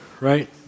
Right